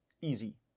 Easy